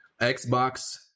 xbox